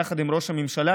יחד עם ראש הממשלה,